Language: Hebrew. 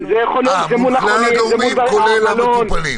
מול כל הגורמים, כולל המטופלים.